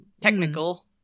Technical